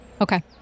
Okay